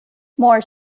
more